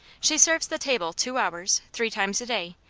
she serves the table two hours, three times a day,